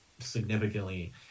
significantly